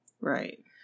Right